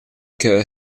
che